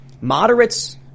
moderates –